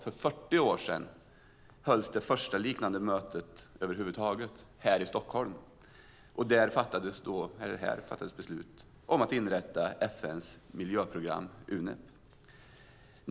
För 40 år sedan, 1972, hölls här i Stockholm det första liknande mötet över huvud taget. Här fattades beslut om att inrätta FN:s miljöprogram UNEP.